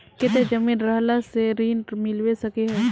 केते जमीन रहला से ऋण मिलबे सके है?